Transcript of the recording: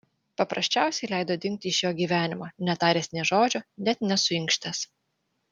paprasčiausiai leido dingti iš jo gyvenimo netaręs nė žodžio net nesuinkštęs